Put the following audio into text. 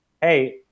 Hey